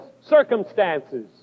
circumstances